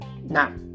Now